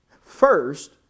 First